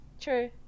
True